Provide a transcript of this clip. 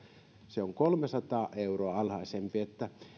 se on kolmesataa euroa alhaisempi